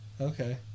Okay